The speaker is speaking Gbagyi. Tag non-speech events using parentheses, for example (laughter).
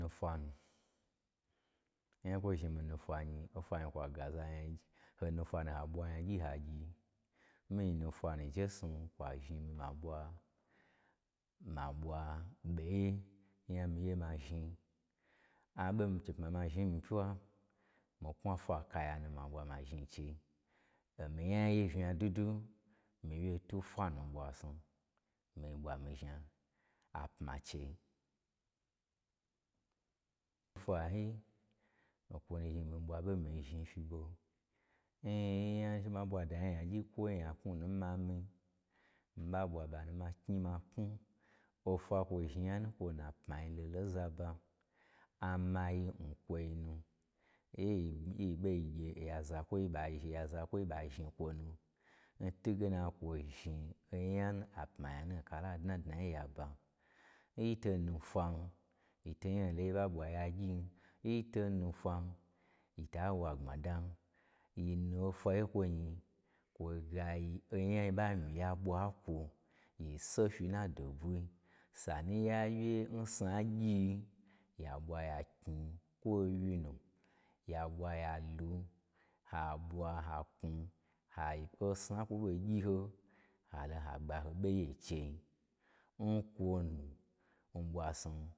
Ofwa nu onya n kwoi zhni mii, mii nu fwa nyi, ofwa zhni kwa gaza nyagyi, ho nufwa nu njesnu kwa zhni mii ma ɓwa ma ɓwa ɓoye onya n mii ye ma zhni. Aɓo n mii chei pma ma zhni n mii pyiwa, mii knwu afwa kaya nu ma ɓwa ma zhni n chei o mii nya ye vnya dwudwu, mii wye twun fwa nu n ɓwa snu mii ɓwa mii zhnapman chei fwa yi okwo nu zhni mii ɓwa ɓo mii zhni fyi ɓo, n-n (unintelligible) nyagyi kwo nyaknwu nu n ma mi-i, mii ɓa ɓwa ɓa nu ma knyi ma knwu ofwa kwo zhni nyanu n kwo n napma lolo nza ba, a mayi nkwoi nu, e nyiyi ɓo yi gye ya zakwoi ɓa zhni ya zakwoi ɓa zhni kwonu, n twu ge na kwo zhni onya apma nya nu n kala dnadnayi nyaba. Nyi to nufwan, yi ton nya ho lo nyoi ɓa ɓwa ya gyin, nyi to nufwan, yi ta wo agbmadan, yi pu ofwa yi n kwo nyi kwo ga yi onya n yi ɓa myi ya ɓwa n kwo yi so fyi nna do bwi, sa nu nyaye, n sna gyi yi, ya ɓwa ya knyi kwo owyi nu ya ɓwaya lu, ha ɓwa ha knwu, ha-osna n kwo ɓo gyi ho, ha lo ha ɓwa ho ɓo yen chei n kwo nu n ɓwa snu